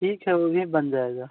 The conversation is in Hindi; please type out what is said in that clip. ठीक है वह भी बन जाएगा